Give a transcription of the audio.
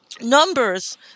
Numbers